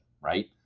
right